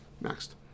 Next